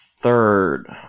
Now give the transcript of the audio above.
third